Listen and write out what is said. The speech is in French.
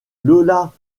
lola